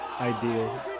ideal